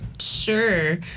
sure